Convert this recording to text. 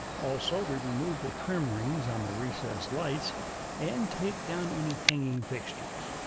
also, we remove the trim rings on the recessed lights and take down any hanging fixtures.